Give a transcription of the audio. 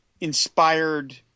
inspired